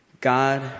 God